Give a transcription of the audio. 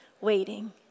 waiting